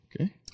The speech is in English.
Okay